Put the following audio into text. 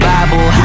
Bible